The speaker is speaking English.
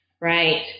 right